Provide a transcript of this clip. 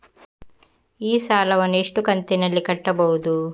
ಈ ಸಾಲವನ್ನು ಎಷ್ಟು ಕಂತಿನಲ್ಲಿ ಕಟ್ಟಬಹುದು?